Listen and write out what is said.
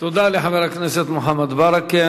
תודה לחבר הכנסת מוחמד ברכה.